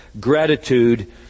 gratitude